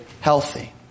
healthy